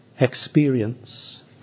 experience